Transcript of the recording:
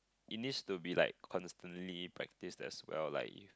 it needs to be like constantly practiced as well like you